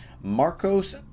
marcos